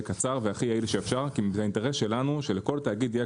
קצר והכי יעיל שאפשר כי האינטרס שלנו שלכל תאגיד יהיה